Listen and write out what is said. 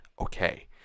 okay